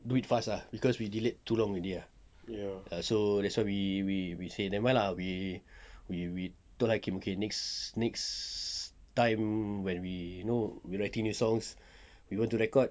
do it fast ah cause we delay too long already ah ah so we we we say never mind lah we we we told hakim next next time when we you know writing new songs we want to record